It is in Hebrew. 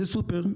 זה סופר,